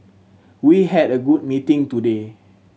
we had a good meeting today